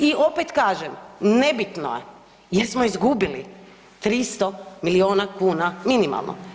I opet kažem, nebitno je jer smo izgubili 300 milijuna kuna minimalno.